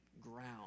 ground